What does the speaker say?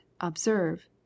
observe